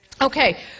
Okay